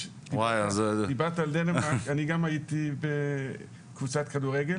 דיברת על דנמרק, אני גם הייתי בקבוצת כדורגל,